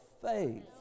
faith